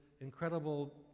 incredible